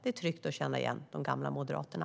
Det är tryggt att känna igen de gamla Moderaterna.